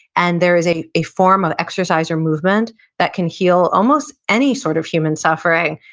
and there is a a form of exercise or movement that can heal almost any sort of human suffering,